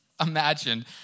imagine